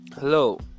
Hello